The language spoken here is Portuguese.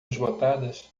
esgotadas